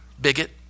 Bigot